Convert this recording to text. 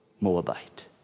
Moabite